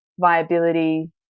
viability